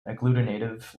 agglutinative